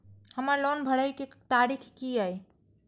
हमर लोन भरय के तारीख की ये?